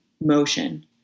motion